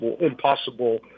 impossible